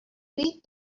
beat